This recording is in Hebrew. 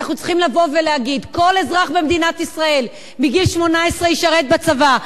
אנחנו צריכים לבוא ולהגיד: כל אזרח במדינת ישראל מגיל 18 ישרת בצבא,